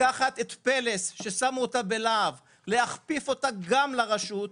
לקחת את פל"ס ששמו אותם בלה"ב ולהכפיף אותם גם לרשות.